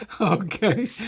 Okay